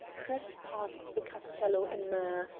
crept past the castello a mare,